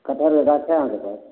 कठहरके गाछ है अहाँके पास